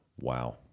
Wow